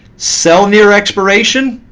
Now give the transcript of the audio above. sell near expiration.